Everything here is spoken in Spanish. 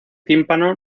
tímpano